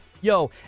Yo